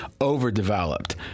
overdeveloped